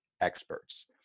experts